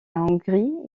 hongrie